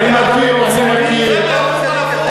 זה שיקול דעת הפוך.